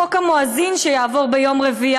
חוק המואזין שיעבור ביום רביעי.